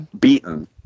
Beaten